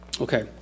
Okay